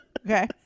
Okay